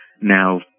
Now